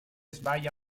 sbaglia